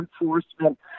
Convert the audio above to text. enforcement